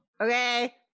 Okay